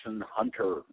Hunter